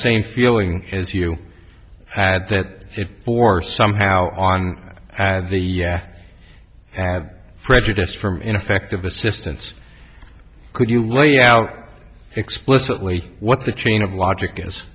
same feeling as you had that four somehow on had the have prejudiced from ineffective assistance could you lay out explicitly what the chain of logic is